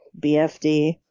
BFD